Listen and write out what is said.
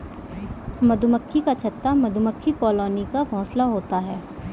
मधुमक्खी का छत्ता मधुमक्खी कॉलोनी का घोंसला होता है